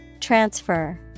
Transfer